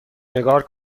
نگار